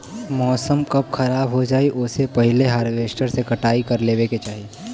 मौसम कब खराब हो जाई ओसे पहिले हॉरवेस्टर से कटाई कर लेवे के चाही